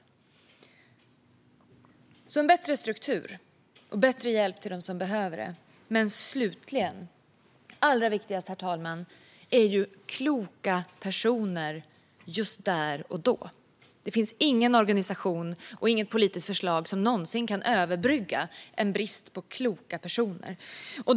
Det behövs en bättre struktur och bättre hjälp till dem som behöver. Men allra viktigast, herr talman, är ju kloka personer just där och då. Det finns ingen organisation och inget politiskt förslag som någonsin kan överbrygga en brist på kloka personer.